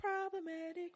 problematic